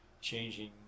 changing